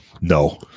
No